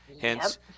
Hence